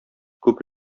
күп